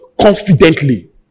confidently